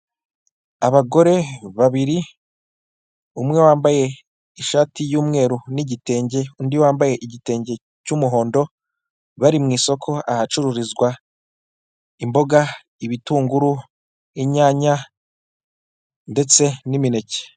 Abagore babiri umwe wambaye ishati y'umweru n'igitenge undi wambaye igitende cy'umuhondo, bari mwisoko ahacururizwa imboga, ibitunguru, inyanya ndetse n'imineke.